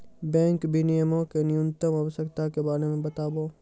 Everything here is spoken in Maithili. बैंक विनियमो के न्यूनतम आवश्यकता के बारे मे बताबो